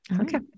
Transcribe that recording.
Okay